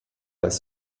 als